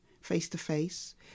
face-to-face